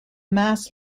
mass